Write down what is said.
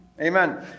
Amen